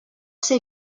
ser